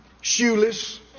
shoeless